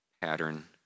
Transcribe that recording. pattern